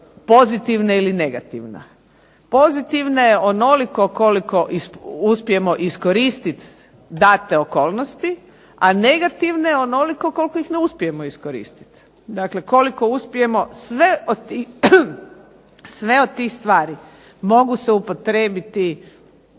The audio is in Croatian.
pozitivna ili negativna. Pozitivna je onoliko koliko uspijemo iskoristiti date okolnosti, a negativna je onoliko koliko ih ne uspijemo iskoristiti. Dakle, koliko uspijemo sve od tih stvari mogu se upotrijebit